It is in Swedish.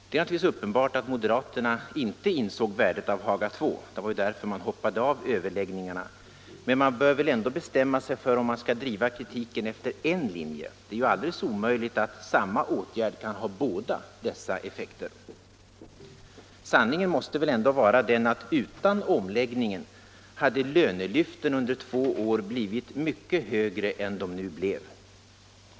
Det är uppenbart att moderaterna inte insåg värdet av Haga II — det var ju därför de hoppade av överläggningarna — men de bör väl bestämma sig för om de skall driva kritiken efter en linje; det är alldeles omöjligt att samma åtgärd kan ha båda dessa effekter. Sanningen måste väl ändå vara den, att utan omläggningen hade lönelyften under två år blivit mycket högre än de nu blev.